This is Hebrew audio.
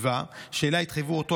טיבה שאליה התחייב אותו אדם,